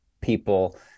people